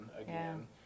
again